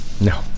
No